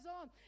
on